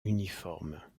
uniforme